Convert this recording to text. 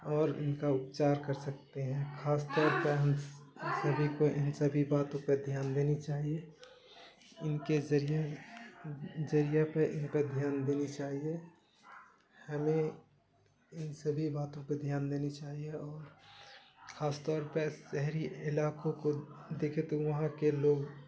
اور ان کا اپچار کر سکتے ہیں خاص طور پہ ہم سبھی کو ان سبھی باتوں پہ دھیان دینی چاہیے ان کے ذریعے ذریعے پہ ان پہ دھیان دینی چاہیے ہمیں ان سبھی باتوں پہ دھیان دینی چاہیے اور خاص طور پہ شہری علاقوں کو دیکھیں تو وہاں کے لوگ